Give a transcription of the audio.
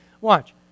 Watch